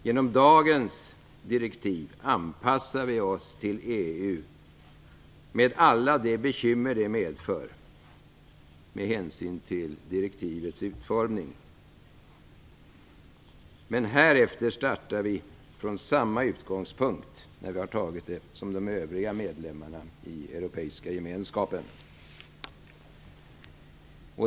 Genom dagens direktiv anpassar vi oss till EU med alla de bekymmer som det medför med hänsyn till direktivets utformning, men härefter har vi samma utgångspunkt som de övriga medlemmarna i Europeiska gemenskapen.